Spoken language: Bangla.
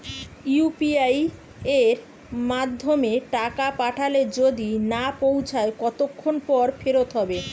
ইউ.পি.আই য়ের মাধ্যমে টাকা পাঠালে যদি না পৌছায় কতক্ষন পর ফেরত হবে?